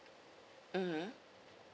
mmhmm